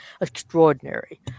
extraordinary